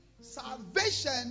salvation